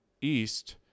east